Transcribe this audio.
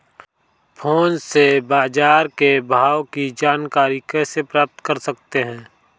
Phone से बाजार के भाव की जानकारी कैसे प्राप्त कर सकते हैं?